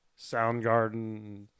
Soundgarden